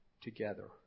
together